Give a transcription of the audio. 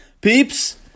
peeps